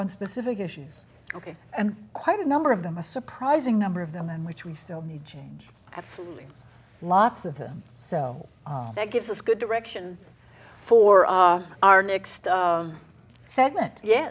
on specific issues ok and quite a number of them a surprising number of them in which we still need change absolutely lots of them so that gives us good direction for our next segment yeah